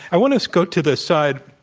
i want to just go to the side,